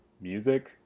music